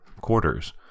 quarters